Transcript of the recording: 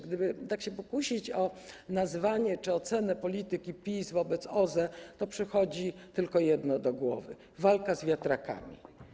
Gdyby tak się pokusić o nazwanie czy ocenę polityki PiS wobec OZE, to przychodzi tylko jedno do głowy: walka z wiatrakami.